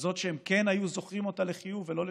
כזאת שהם כן היו זוכרים אותה לחיוב ולא לשלילה,